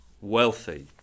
wealthy